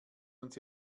uns